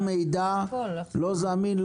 המידע לא זמין,